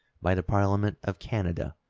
by the parliament of canada,